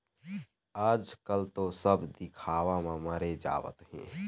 आजकल तो सब दिखावा म मरे जावत हें